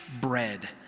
bread